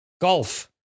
golf